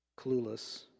Clueless